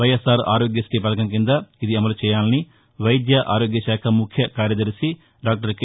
వైఎస్ఆర్ ఆరోగ్యశ్రీ పధకం కింద ఇది అమలు చేయాలని వైద్య ఆరోగ్యశాఖ ముఖ్యకార్యదర్శి డాక్టర్ కె